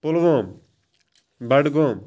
Pulwama Budgam